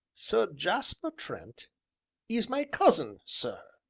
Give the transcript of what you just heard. sir jasper trent is my cousin, sir.